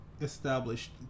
established